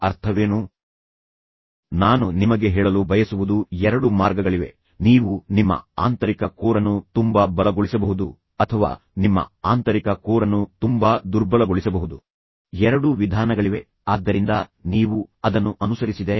ಅಥವಾ ಅವರು ಪಿಕ್ನಿಕ್ ಗೆ ಹೋಗುವುದನ್ನು ಇಷ್ಟಪಡುತ್ತಾರೆ ಎಂದು ನಿಮಗೆ ತಿಳಿದಿದ್ದರೆ ಮತ್ತು ಅಲ್ಲಿ ಶಿಲ್ಪಾ ಹೋಗಲು ಬಯಸುವ ನೆಚ್ಚಿನ ಸ್ಥಳವಿದ್ದು ಮತ್ತು ನಂತರ ಕಿಶೋರ್ ಅವಳನ್ನು ಬಹಳ ಸಮಯದಿಂದ ಕರೆದೊಯ್ಯುತ್ತಿಲ್ಲ ಆದ್ದರಿಂದ ನೀವು ಅದನ್ನು ವ್ಯವಸ್ಥೆ ಮಾಡಿ